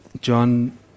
John